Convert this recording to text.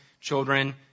children